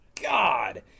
God